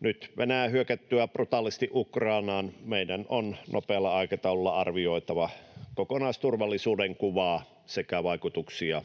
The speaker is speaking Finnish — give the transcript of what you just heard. Nyt Venäjän hyökättyä brutaalisti Ukrainaan meidän on nopealla aikataululla arvioitava kokonaisturvallisuuden kuvaa sekä vaikutuksia